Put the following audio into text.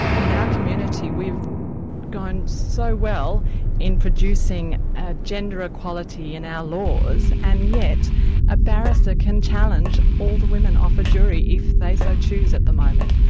in our community we've gone so well in producing ah gender equality in our laws and yet a barrister can challenge all the women off a jury if they so choose at the moment.